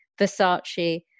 Versace